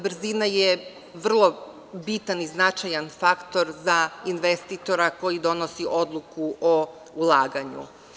Brzina je vrlo bitan i značajna faktor za investitora koji donosi odluku o ulaganju.